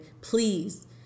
Please